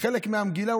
חלק מהמגילה,